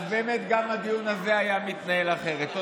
אז באמת גם הדיון הזה היה מתנהל אחרת.